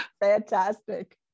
Fantastic